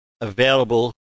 available